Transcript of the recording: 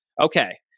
Okay